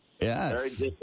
Yes